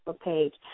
page